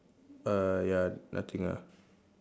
uh ya nothing ah